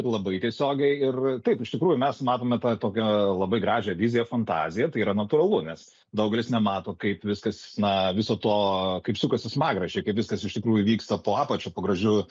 labai tiesiogiai ir taip iš tikrųjų mes matome tą tokią labai gražią viziją fantaziją tai yra natūralu nes daugelis nemato kaip viskas na viso to kaip sukasi smagračiai kaip viskas iš tikrųjų vyksta po apačia po gražiu